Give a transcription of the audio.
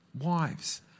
Wives